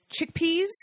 chickpeas